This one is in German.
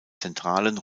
zentralen